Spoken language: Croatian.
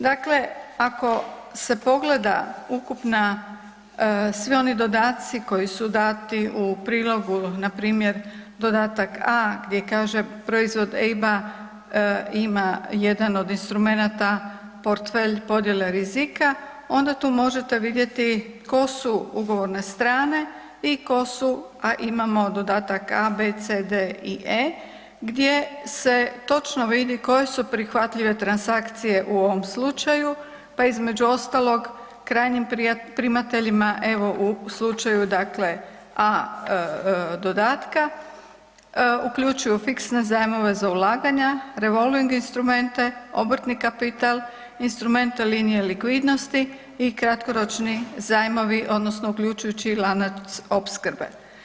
Dakle, ako se pogleda ukupna, svi oni dodaci koji su dati u prilogu, npr. dodatak A gdje kaže proizvod EIB-a ima jedan od instrumenata portfelj podijele rizika, onda tu možete vidjeti ko su ugovorne strane i ko su, a imamo dodatak A, B, C, D i E, gdje se točno vidi koje su prihvatljive transakcije u ovom slučaju, pa između ostalog krajnjim primateljima evo u slučaju dakle A dodatka uključuju fiksne zajmove za ulaganja, revolving instrumente, obrtni kapital, instrumente linije likvidnosti i kratkoročni zajmovi odnosno uključujući lanac opskrbe.